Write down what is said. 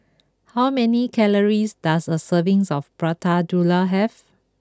how many calories does a serving of Prata Telur have